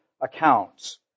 accounts